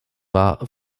war